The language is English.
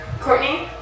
Courtney